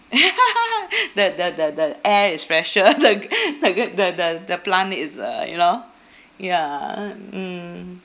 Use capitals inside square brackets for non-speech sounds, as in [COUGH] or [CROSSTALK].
[LAUGHS] the the the the air is fresher [LAUGHS] the g~ [LAUGHS] the g~ the the the plant is uh you know ya uh mm